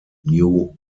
new